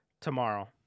tomorrow